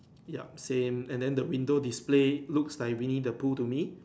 ya same and then the window display looks like Winnie the Pooh to me